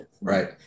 right